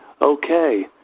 okay